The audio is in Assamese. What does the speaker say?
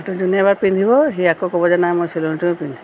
এইটো যোনে এবাৰ পিন্ধিব সি আকৌ ক'ব যে নাই মই চিলনিটোৱে পিন্ধিম